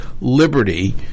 liberty